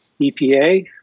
EPA